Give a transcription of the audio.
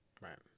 Right